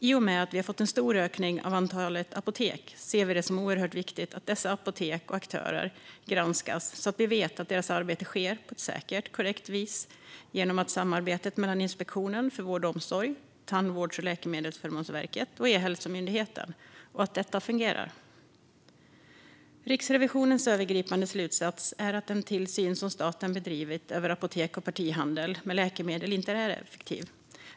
I och med den stora ökningen av antalet apotek är det oerhört viktigt för oss att dessa apotek och aktörer granskas, så att vi vet att deras arbete sker på ett säkert och korrekt vis, och att samarbetet mellan Inspektionen för vård och omsorg, Tandvårds och läkemedelsförmånsverket och E-hälsomyndigheten fungerar. Riksrevisionens övergripande slutsats är att den tillsyn som staten bedriver över apotek och partihandel med läkemedel inte är effektiv.